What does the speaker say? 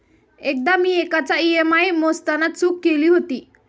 एकदा मी एकाचा ई.एम.आय मोजताना चूक केली होती